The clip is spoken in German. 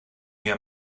mir